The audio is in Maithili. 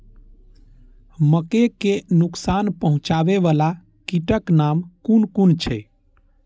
मके के नुकसान पहुँचावे वाला कीटक नाम कुन कुन छै?